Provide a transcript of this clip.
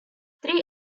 three